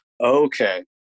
Okay